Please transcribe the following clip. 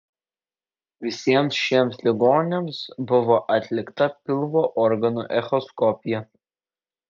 visiems šiems ligoniams buvo atlikta pilvo organų echoskopija